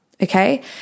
Okay